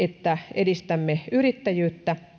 edistämme yrittäjyyttä ja